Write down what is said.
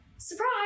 Surprise